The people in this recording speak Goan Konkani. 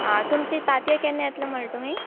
आं तुमची तातयां केन्ना येतलें म्हणलें तुमी